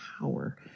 power